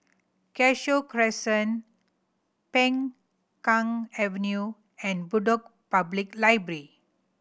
Cashew Crescent Peng Kang Avenue and Bedok Public Library